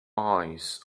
eyes